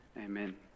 amen